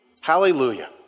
Hallelujah